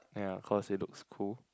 yeah cause it looks cool